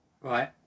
right